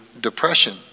depression